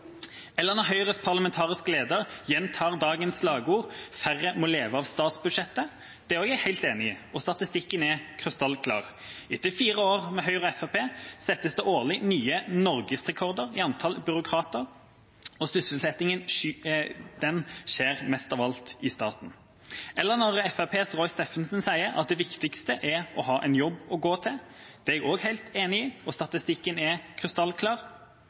eller når Høyres parlamentariske leder gjentar dagens slagord om at færre må leve av statsbudsjettet. Det er jeg også helt enig i, og statistikken er krystallklar. Etter fire år med Høyre og Fremskrittspartiet settes det årlig nye norgesrekorder i antall byråkrater, og sysselsettingen skjer mest av alt i staten. eller når Fremskrittspartiets Roy Steffensen sier at det viktigste er å ha en jobb å gå til. Det er jeg også helt enig i, og statistikken er krystallklar.